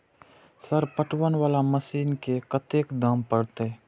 Sir पटवन वाला machine के कतेक दाम परतें?